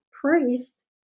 priest